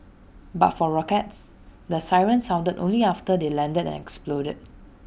but for rockets the sirens sounded only after they landed and exploded